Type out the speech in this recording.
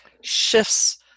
shifts